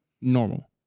normal